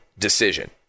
decision